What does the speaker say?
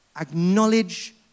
acknowledge